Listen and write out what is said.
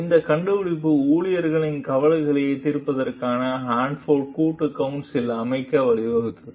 இந்த கண்டுபிடிப்பு ஊழியர்களின் கவலைகளைத் தீர்ப்பதற்கான ஹான்போர்ட் கூட்டு கவுன்சில் அமைக்க வழிவகுத்தது